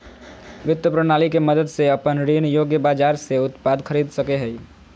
वित्त प्रणाली के मदद से अपन ऋण योग्य बाजार से उत्पाद खरीद सकेय हइ